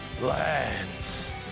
Lands